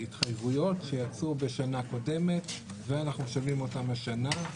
בהתחייבויות שעשו בשנה קודמת ואנחנו משלמים אותם השנה.